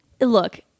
look